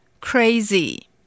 crazy